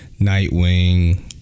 Nightwing